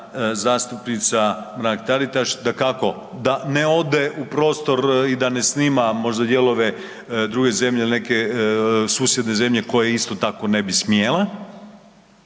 uvažena zastupnica Mrak Taritaš, dakako da ne ode u prostor i da ne snima možda dijelove druge zemlje ili neke susjedne zemlje koje isto tako ne bi smjele,